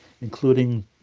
including